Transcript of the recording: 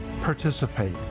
participate